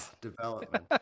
development